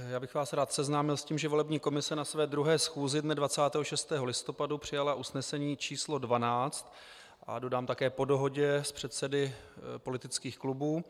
Já bych vás rád seznámil s tím, že volební komise na své druhé schůzi dne 26. listopadu přijala usnesení číslo 12, a dodám také, po dohodě s předsedy politických klubů.